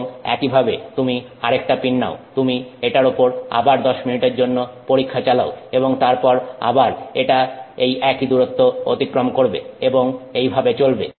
এবং একইভাবে তুমি আরেকটা পিন নাও তুমি এটার উপর আবার 10 মিনিটের জন্য পরীক্ষা চালাও এবং তারপর আবার এটা এই একই দূরত্ব অতিক্রম করবে এবং এভাবেই চলবে